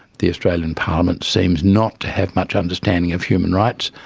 the australian parliament seems not to have much understanding of human rights.